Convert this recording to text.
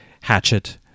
hatchet